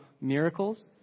miracles